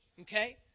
Okay